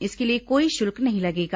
इसके लिए कोई शुल्क नहीं लगेगा